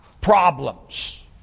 problems